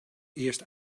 eerst